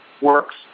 works